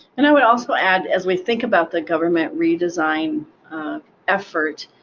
and i would also add, as we think about the government redesign effort